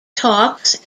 talks